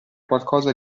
qualcosa